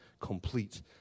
complete